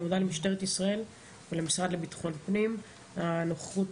אני מודה למשטרת ישראל ולמשרד לביטחון פנים על הנוכחות